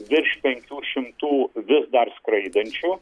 virš penkių šimtų vis dar skraidančių